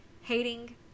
hating